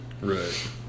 right